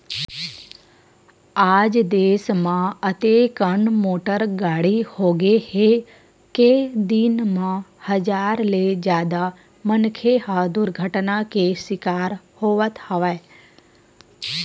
आज देस म अतेकन मोटर गाड़ी होगे हे के दिन म हजार ले जादा मनखे ह दुरघटना के सिकार होवत हवय